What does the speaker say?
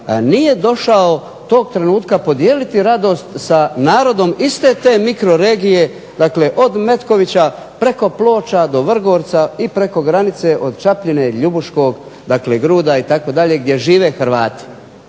nije došao tog trenutka podijeliti radost sa narodom iste te mikroregije, od Metkovića, preko Ploča do Vrgorca i preko granice od Čapljine, Ljubuškog, Gruda itd., gdje žive Hrvati.